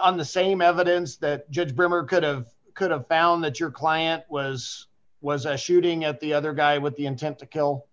on the same evidence that judge bremer could have could have found that your client was was a shooting at the other guy with the intent to kill